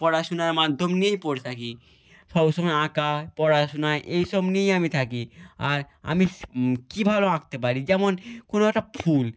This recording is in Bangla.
পড়াশুনার মাধ্যম নিয়েই পড়ে থাকি সব সময় আঁকা পড়াশুনা এই সব নিয়েই আমি থাকি আর আমিস কী ভালো আঁকতে পারি যেমন কোনো একটা ফুল